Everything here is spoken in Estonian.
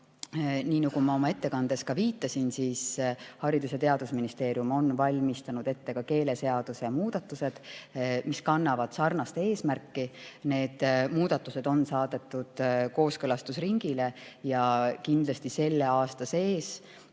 nii nagu ma oma ettekandes ka viitasin, Haridus- ja Teadusministeerium on ette valmistanud ka keeleseaduse muudatused, mis kannavad sarnast eesmärki. Need muudatused on saadetud kooskõlastusringile ja kindlasti selle aasta sees